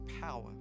power